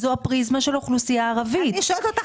זו הפריזמה של האוכלוסייה הערבית --- אני שואלת אותך